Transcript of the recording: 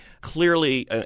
Clearly